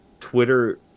Twitter